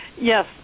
Yes